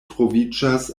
troviĝas